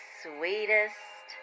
sweetest